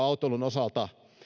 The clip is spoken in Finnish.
autoilun osalta